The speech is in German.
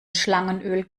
schlangenöl